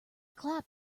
clap